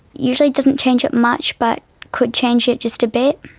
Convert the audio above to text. usually doesn't change it much, but could change it just a bit.